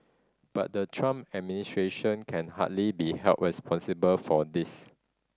but the Trump administration can hardly be held responsible for this